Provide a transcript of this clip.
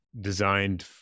designed